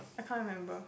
I can't remember